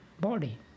body